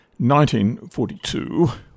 1942